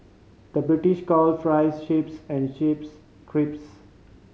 the British calls fries chips and chips crisps